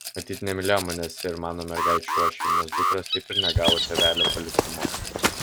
matyt nemylėjo manęs ir mano mergaičių uošviai nes dukros taip ir negavo tėvelio palikimo